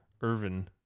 Irvin